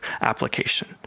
application